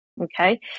okay